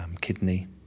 kidney